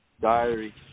Diary